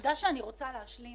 הנקודה שאני רוצה להשלים